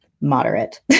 moderate